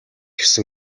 гэсэн